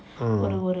mm